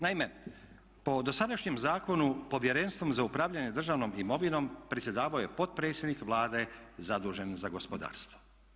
Naime, po dosadašnjem zakonu Povjerenstvom za upravljanje državnom imovinom predsjedavao je potpredsjednik Vlade zadužen za gospodarstvo.